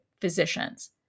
physicians